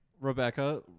Rebecca